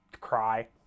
cry